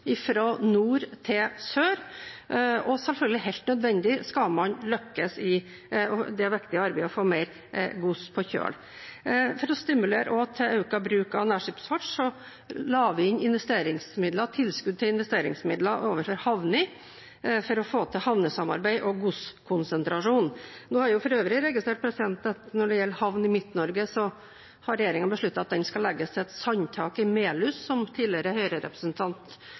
fra nord til sør – og den var selvfølgelig helt nødvendig hvis man skal lykkes i det viktige arbeidet med å få mer gods på kjøl. For også å stimulere til økt bruk av nærskipsfart, la vi inn tilskudd til investeringsmidler til havner, for å få til havnesamarbeid og godskonsentrasjon. Jeg har for øvrig registrert at når det gjelder havn i Midt-Norge, har regjeringen besluttet at den skal legges til et sandtak i Melhus, som en tidligere